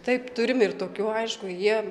taip turim ir tokių aišku jie